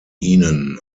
ihnen